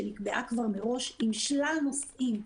שנקבעה מראש עם שלל נושאים,